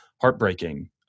heartbreaking